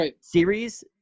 series